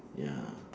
ya